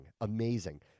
amazing